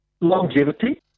longevity